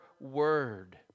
word